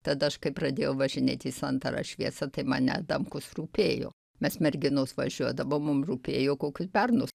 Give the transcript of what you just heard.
tada aš kai pradėjau važinėt į santarą šviesą tai man ne adamkus rūpėjo mes merginos važiuodavom mum rūpėjo kokius bernus